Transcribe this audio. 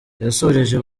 yasoreje